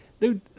dude